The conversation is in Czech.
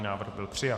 Návrh byl přijat.